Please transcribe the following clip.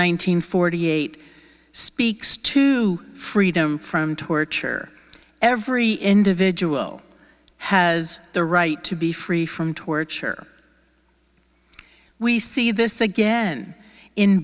hundred forty eight speaks to freedom from torture every individual has the right to be free from torture we see this again in